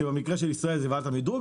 שבמקרה של ישראל זוהי ועדת המדרוג,